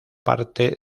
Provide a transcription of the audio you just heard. parte